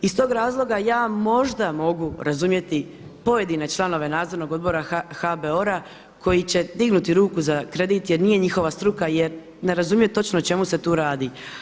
Iz tog razloga ja možda mogu razumjeti pojedine članove Nadzornog odbora HBOR-a koji će dignuti ruku za kredit jer nije njihova struka, jer ne razumiju točno o čemu se tu radi.